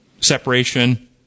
separation